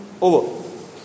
over